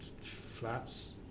flats